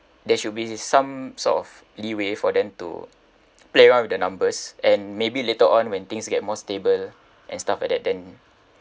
there should be some sort of leeway for them to play around with the numbers and maybe later on when things get more stable and stuff like that then